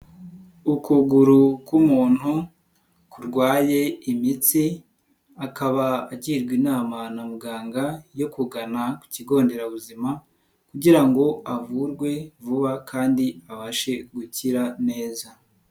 Ukuguru k'umuntu kurwaye imitsi, akaba agirwa inama na muganga yo kugana kigo nderabuzima kugira ngo avurwe vuba kandi abashe gukira neza.